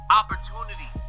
opportunity